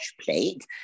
plate